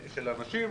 אנשים,